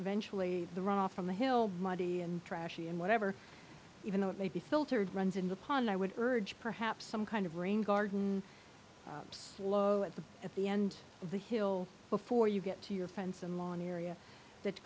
eventually the raw from the hill muddy and trashy and whatever even though it may be filtered runs in the pond i would urge perhaps some kind of rain garden low at the at the end of the hill before you get to your